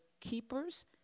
keepers